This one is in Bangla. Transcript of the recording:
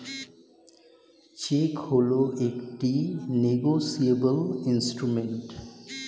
চেক হল একটি নেগোশিয়েবল ইন্সট্রুমেন্ট